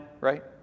right